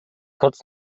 kurz